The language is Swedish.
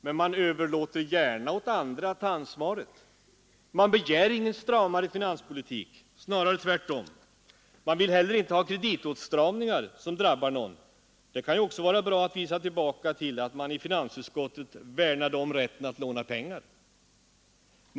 Men man överlåter gärna åt andra att ta ansvaret. Man begär ingen stramare finanspolitik, snarare tvärtom. Inte heller vill man ha kreditåtstramningar som drabbar någon — det kan ju också vara bra att visa tillbaka på att man i finansutskottet värnade om rätten att låna pengar.